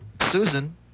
Susan